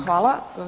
Hvala.